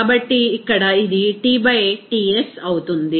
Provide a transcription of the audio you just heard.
కాబట్టి ఇక్కడ ఇది T బై Ts అవుతుంది